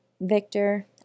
Victor